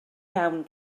iawn